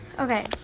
Okay